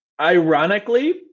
Ironically